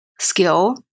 skill